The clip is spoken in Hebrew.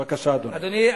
בבקשה, אדוני.